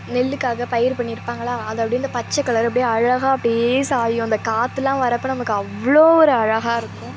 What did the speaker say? நெல்லுக்காக பயிர் பண்ணியிருப்பாங்களா அதை அப்படியே அந்த பச்சை கலர் அப்படியே அழகாக அப்படியே சாயும் அந்த காற்றுலாம் வர்றப்போ நமக்கு அவ்வளோ ஒரு அழகாக இருக்கும்